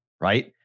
right